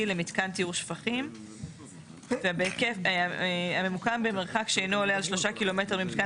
למתקן טיהור שפכים הממוקם במרחק שאינו עולה על 2 ק"מ ממיתקן